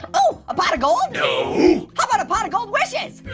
oo, a pot of gold? no. how about a pot of gold wishes?